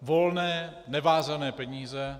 Volné, nevázané peníze.